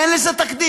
אין לזה תקדים.